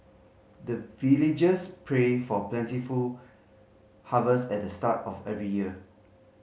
the villagers pray for plentiful harvest at the start of every year